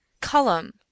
Column